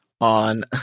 on